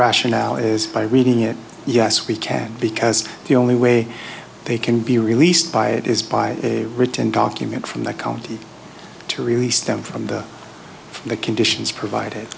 rationale is by reading it yes we can because the only way they can be released by it is by a written document from the county to release them from the from the conditions provided